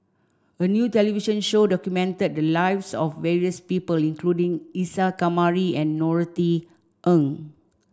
a new television show documented the lives of various people including Isa Kamari and Norothy Ng